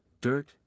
dirt